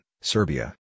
Serbia